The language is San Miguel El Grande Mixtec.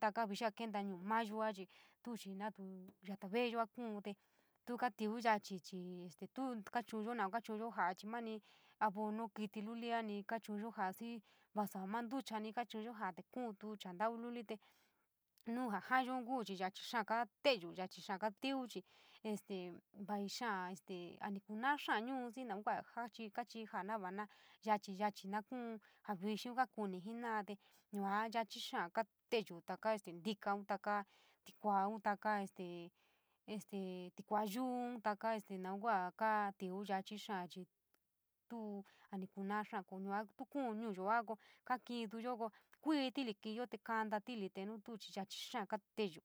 taka jaa vixii ja kento ñuu mayoa chii tonchii natu yata veeyo kuun te tu tíví yachi chii te tuu kachu’unyo naun te tu tíví yachi chii te tuu kachu’unyo naun kaa chu’unyo jaa xii vasa ma ntuchani kaa chu’unyo jaa te kuunty chantau lulite, nuu jaa jo’anyo kuu te yaachii xaaga te’eyo, yachi xaaga tiví chii este vaii xaa este a ni kuna’a xaa ñu’u xii naun kachii, kachii ja’a nava yachi, yachi naa kuu a xixiin kaa kuni jena’ate yua yachii xaa te’eyu taka ntikaun, takaa tikuaun, ntaka tikua yuu, taka naun kua kaa tiuu yachi xaa chii tuu a ni kunaa xaa, koo yua tu kuun ñuuyoa konka kintuyo, ko kuii ti’ili ki’iyo te konta ti’ili te nu tuu xachii xáá kaa te’eyu.